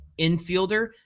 infielder